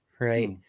right